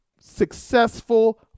successful